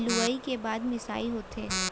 लुवई के बाद मिंसाई होथे